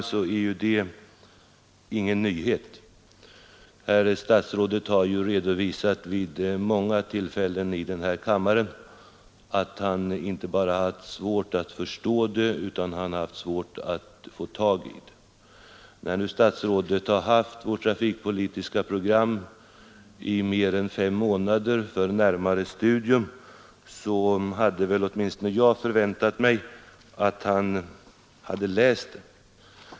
Detta är ju ingen nyhet, då herr statsrådet vid många tillfällen i denna kammare visat att han inte bara har svårt att förstå det, utan också har svårt att få tag i det. När nu statsrådet haft vårt trafikpolitiska program i mer än fem månader för närmare studium, hade åtminstone jag förväntat mig att han skulle ha läst det.